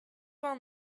vingt